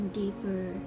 deeper